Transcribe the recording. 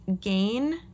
gain